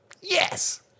Yes